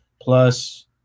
plus